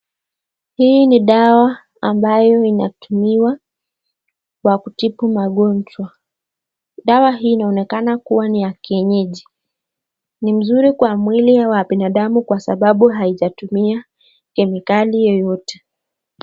Hii ni dawa ambayo inatumiwa kwa kutibu magonjwa. Dawa hii inaonekana kuwa ni ya kienyeji. Ni mzuri kwa mwili wa binadamu kwa sababu haijatumia kemikali yoyote.